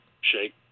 shake